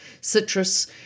citrus